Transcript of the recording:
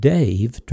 Dave